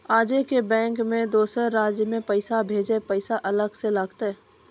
आजे के बैंक मे दोसर राज्य मे पैसा भेजबऽ पैसा अलग से लागत?